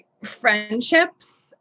friendships